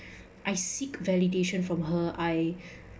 I seek validation from her I